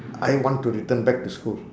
I want to return back to school